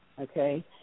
Okay